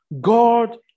God